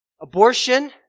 Abortion